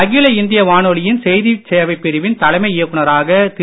அகில இந்திய வானொலியின் செய்திச் சேவை பிரிவின் தலைமை இயக்குநராக திரு